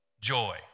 joy